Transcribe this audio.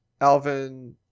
Alvin